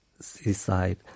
seaside